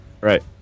right